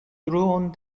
truon